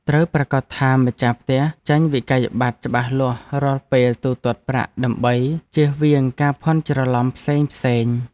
ត្រូវប្រាកដថាម្ចាស់ផ្ទះចេញវិក្កយបត្រច្បាស់លាស់រាល់ពេលទូទាត់ប្រាក់ដើម្បីជៀសវាងការភ័ន្តច្រឡំផ្សេងៗ។